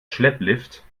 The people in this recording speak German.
schlepplift